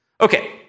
Okay